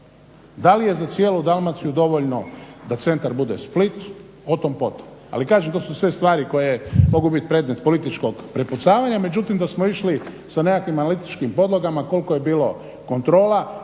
Da li je za cijelu Dalmaciju dovoljno da centar bude Split? O tom potom. Ali kažem, to su sve stvari koje mogu biti predmet političkog prepucavanja. Međutim, da smo išli sa nekakvim analitičkim podlogama koliko je bilo kontrola,